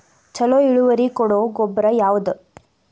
ಛಲೋ ಇಳುವರಿ ಕೊಡೊ ಗೊಬ್ಬರ ಯಾವ್ದ್?